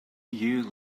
you